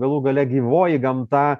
galų gale gyvoji gamta